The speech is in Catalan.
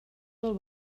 del